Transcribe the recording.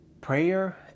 prayer